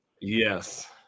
Yes